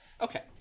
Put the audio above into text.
Okay